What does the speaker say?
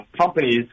companies